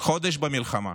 חודש במלחמה.